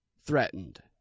threatened